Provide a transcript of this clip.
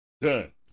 done